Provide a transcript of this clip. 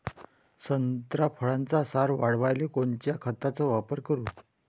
संत्रा फळाचा सार वाढवायले कोन्या खताचा वापर करू?